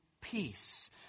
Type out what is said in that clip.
peace